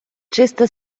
чисте